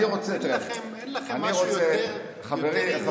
אין לכם משהו יותר ענייני,